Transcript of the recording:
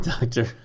Doctor